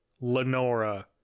Lenora